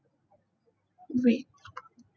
wait